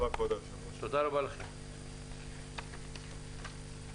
הישיבה ננעלה בשעה 13:05.